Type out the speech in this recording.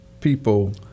people